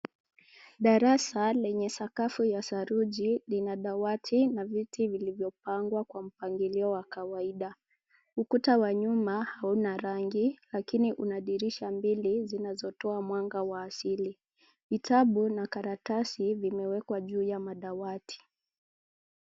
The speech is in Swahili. Darasa lenye sakafu ya saruji, lina dawati na viti vilivyopangwa kwa mpangilio wa kawaida. Ukuta wa nyuma hauna rangi lakini una dirisha mbili zinazotoa mwanga wa asili. Vitabu na karatasi vimewekwa juu ya madawati.